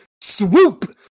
Swoop